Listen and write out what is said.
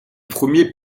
premier